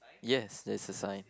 yes there's a sign